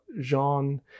Jean